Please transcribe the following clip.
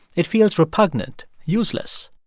it feels repugnant, useless.